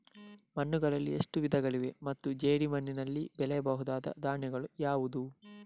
ಮಣ್ಣುಗಳಲ್ಲಿ ಎಷ್ಟು ವಿಧಗಳಿವೆ ಮತ್ತು ಜೇಡಿಮಣ್ಣಿನಲ್ಲಿ ಬೆಳೆಯಬಹುದಾದ ಧಾನ್ಯಗಳು ಯಾವುದು?